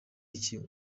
iki